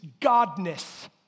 godness